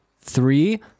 Three